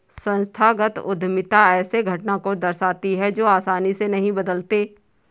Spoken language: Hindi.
संस्थागत उद्यमिता ऐसे घटना को दर्शाती है जो आसानी से नहीं बदलते